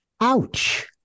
ouch